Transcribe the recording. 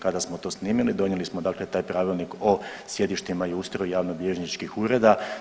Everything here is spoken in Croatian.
Kada smo to snimili donijeli smo dakle taj Pravilnik o sjedištima i ustroju javnobilježničkih ureda.